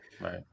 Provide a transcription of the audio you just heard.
right